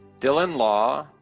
dylan law,